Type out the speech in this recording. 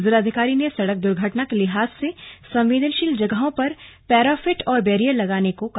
जिलाधिकारी ने सड़क दुर्घटना के लिहाज से संवेदनशील जगहों पर पैराफिट और बैरियर लगाने को कहा